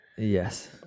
Yes